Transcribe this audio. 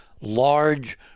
large